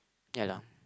ya lah